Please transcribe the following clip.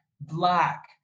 black